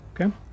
Okay